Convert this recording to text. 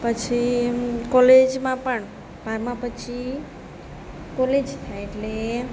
પછી કોલેજમાં પણ બારમાં પછી કોલેજ થાય એટલે